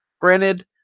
Granted